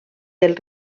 del